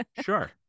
Sure